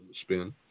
spin